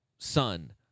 Son